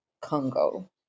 Congo